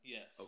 Yes